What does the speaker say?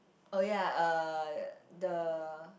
oh ya uh the